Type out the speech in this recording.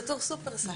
בתור שופרסל.